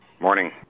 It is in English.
Morning